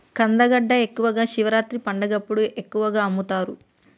కందగడ్డ ఎక్కువగా శివరాత్రి పండగప్పుడు ఎక్కువగా అమ్ముతరు